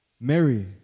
Mary